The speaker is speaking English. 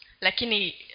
Lakini